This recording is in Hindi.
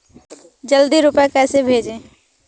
जल्दी रूपए कैसे भेजें?